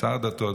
כשר הדתות,